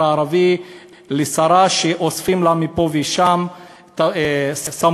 הערבי לשרה שאוספים לה מפה ושם סמכויות,